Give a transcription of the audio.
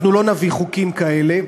אנחנו לא נביא חוקים כאלה.